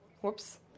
Whoops